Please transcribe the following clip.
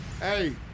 Hey